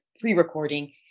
pre-recording